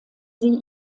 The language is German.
sie